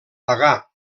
pagà